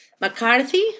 McCarthy